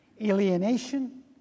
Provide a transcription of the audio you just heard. alienation